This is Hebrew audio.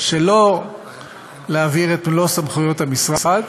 שלא להעביר את מלוא סמכויות המשרד,